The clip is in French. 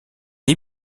est